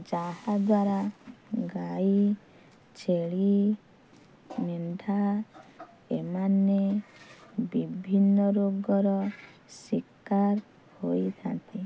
ଯାହାଦ୍ୱାରା ଗାଈ ଛେଳି ମେଣ୍ଢା ଏମାନେ ବିଭିନ୍ନ ରୋଗର ଶିକାର ହୋଇଥାନ୍ତି